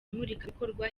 imurikabikorwa